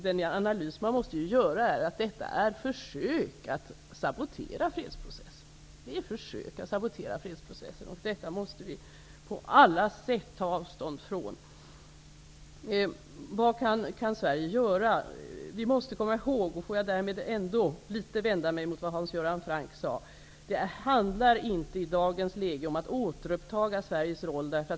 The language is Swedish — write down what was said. Den analys man måste göra är att detta är försök att sabotera fredsprocessen, och detta måste vi på alla sätt ta avstånd från. Vad kan Sverige göra? Vi måste komma ihåg -- får jag därmed ändå vända mig litet mot vad Hans Göran Franck sade -- att det i dagens läge inte handlar om att återuppta Sveriges roll.